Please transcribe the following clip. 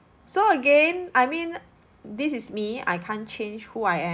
so again I mean this is me I can't change who I a~